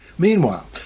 Meanwhile